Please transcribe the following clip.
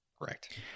Correct